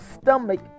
stomach